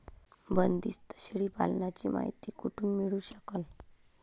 बंदीस्त शेळी पालनाची मायती कुठून मिळू सकन?